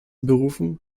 berufen